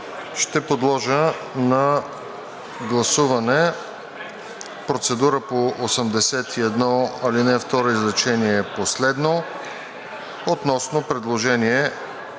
Ще подложа на гласуване процедура по чл. 81, ал. 2, изречение последно относно предложение